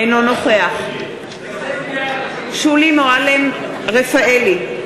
אינו נוכח שולי מועלם-רפאלי,